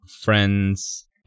friends